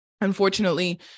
Unfortunately